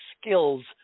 skills